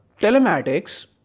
telematics